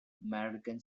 american